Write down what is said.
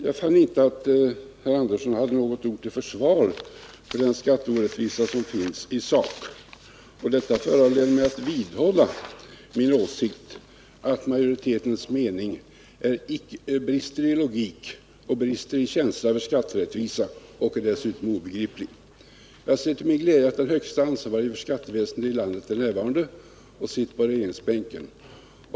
Jag fann inte att herr Andersson hade något ord till försvar i sak för den skatteorättvisa som finns. Detta föranleder mig att vidhålla min åsikt att majoritetens mening brister i logik, brister i känsla för skatterättvisa och dessutom är obegriplig. Jag ser till min glädje att den högste ansvarige för skatteväsendet i landet är närvarande och sitter på regeringsbänken.